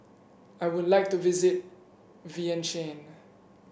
I would like to visit Vientiane